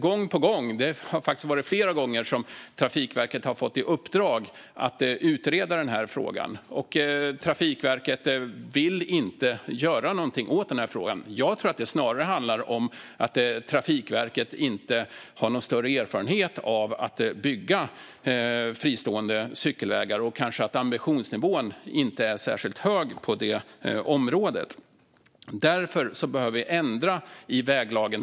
Trafikverket har faktiskt flera gånger fått i uppdrag att utreda den här frågan, och Trafikverket vill inte göra någonting åt den. Jag tror att det snarare handlar om att Trafikverket inte har någon större erfarenhet av att bygga fristående cykelvägar och kanske att ambitionsnivån inte är särskilt hög på det området. Därför behöver vi ändra i väglagen.